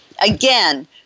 Again